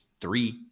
three